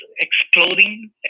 exploding